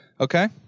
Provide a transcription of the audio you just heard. okay